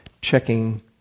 checking